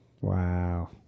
wow